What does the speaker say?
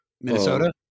Minnesota